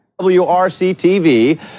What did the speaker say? WRC-TV